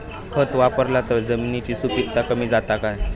खत वापरला तर जमिनीची सुपीकता कमी जाता काय?